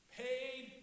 paid